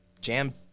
jam